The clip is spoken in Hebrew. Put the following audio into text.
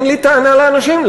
אין לי טענה לאנשים.